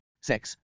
sex